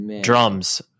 drums